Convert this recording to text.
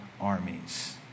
armies